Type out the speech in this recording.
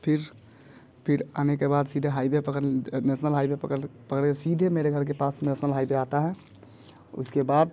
फिर फिर आने के बाद सीधे हाईवे पकड़ नेशनल हाईवे पकड़िए सीधे मेरे घर के पास नेशनल हाईवे आता है उसके बाद